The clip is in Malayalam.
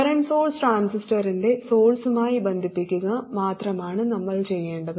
കറന്റ് സോഴ്സ് ട്രാൻസിസ്റ്ററിന്റെ സോഴ്സ്മായി ബന്ധിപ്പിക്കുക മാത്രമാണ് നമ്മൾ ചെയ്യേണ്ടത്